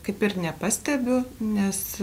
kaip ir nepastebiu nes